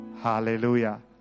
Hallelujah